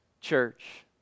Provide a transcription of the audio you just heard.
church